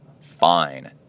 fine